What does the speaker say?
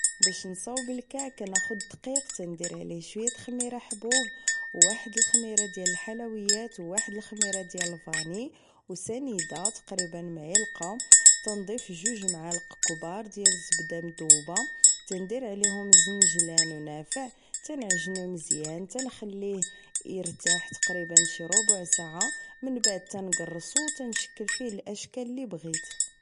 باش نصاوب الكعك غناخد الدقيق غندير عليه شوية خميرة حبوب وواحد الخميرة ديال الحلويات واحد الخميرة ديال الفاني و سنيدة تقريبا معلقة تنضيف جوج معالق كبار ديال زبدة مدوبة تندير عليهم الزنجلان و النافع كنعجنو مزيان و تنخليه ترتاح تقريبا شي ربع ساعة من بعد تنكرسو و تنشكل فيه الاشكال اللي بغيت